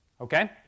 Okay